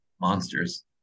monsters